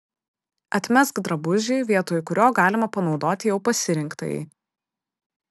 atmesk drabužį vietoj kurio galima panaudoti jau pasirinktąjį